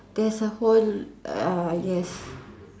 there's a hole err yes